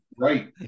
right